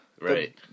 Right